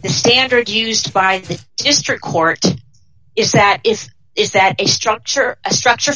the standard used by the district court is that is is that a structure a structure